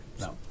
No